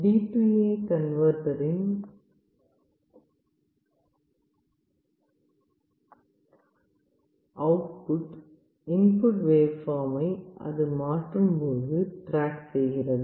DA கன்வேர்டரின் output input வேவ்பார்மை அது மாறும் போது டிராக் செய்கிறது